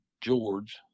George